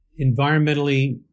environmentally